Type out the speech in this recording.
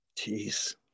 jeez